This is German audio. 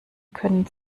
können